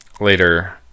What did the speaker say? later